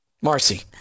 Marcy